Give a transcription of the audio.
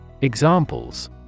Examples